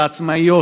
לעצמאיות,